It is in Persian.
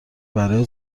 برای